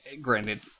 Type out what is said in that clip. granted